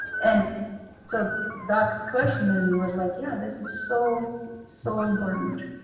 and so doug's question and was like, yeah, this is so so important.